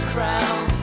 Crown